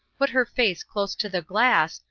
put her face close to the glass,